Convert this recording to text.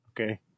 Okay